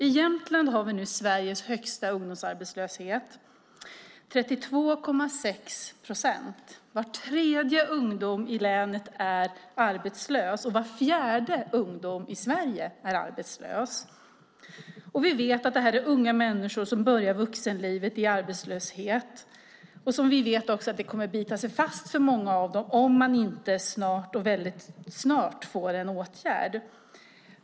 I Jämtland har vi nu Sveriges högsta ungdomsarbetslöshet, 32,6 procent. Var tredje ungdom i länet är arbetslös, och var fjärde ungdom i Sverige är arbetslös. Vi vet att det är unga människor som börjar vuxenlivet i arbetslöshet. Vi vet också att den kommer att bita sig fast för många av dem om de inte snart får en åtgärd.